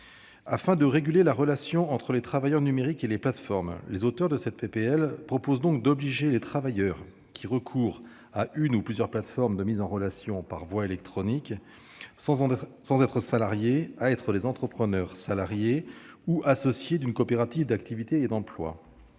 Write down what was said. Afin de réguler la relation entre les travailleurs numériques et les plateformes, les auteurs de cette proposition de loi proposent d'obliger les travailleurs qui recourent à une ou plusieurs plateformes de mise en relation par voie électronique sans en être salariés à être des entrepreneurs salariés ou associés d'une coopérative d'activité et d'emploi.